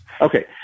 Okay